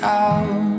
out